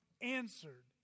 answered